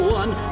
one